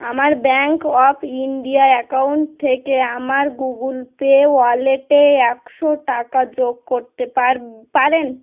আমার Bank of India account থেকে আমার গুগুল পে ওয়ালেটে একশো টাকা যোগ করতে পারব্ পারেন